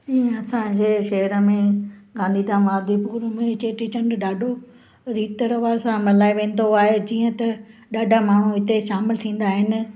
ईअं असांजे शहर में गांधीधाम आदिपुर में चेटीचंडु ॾाढो रीति रवाज सां मल्हायो वेंदो आहे जीअं त ॾाढा माण्हू हिते शामिलु थींदा आहिनि